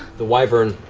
the wyvern